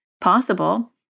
possible